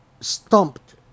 stumped